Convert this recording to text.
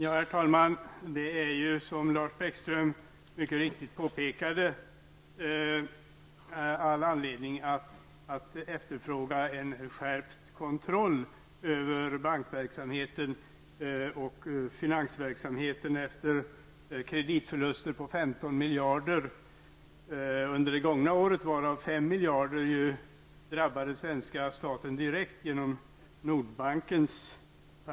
Herr talman! Som Lars Bäckström mycket riktigt påpekade finns det all anledning att efterfråga en skärpt kontroll över bankverksamheten och finansverksamheten efter kreditförluster på 15 miljarder under det gångna året, varav 5 miljarder drabbade den svenska staten direkt genom BNP.